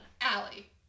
Allie